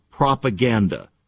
Propaganda